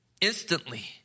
instantly